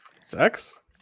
sex